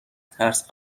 ترس